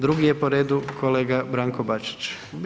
Drugi je po redu kolega Branko Bačić.